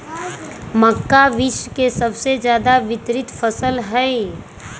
मक्का विश्व के सबसे ज्यादा वितरित फसल हई